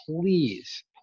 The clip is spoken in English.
please